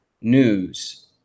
news